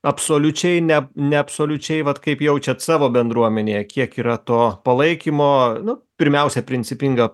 absoliučiai ne neabsoliučiai vat kaip jaučiat savo bendruomenėje kiek yra to palaikymo nu pirmiausia principinga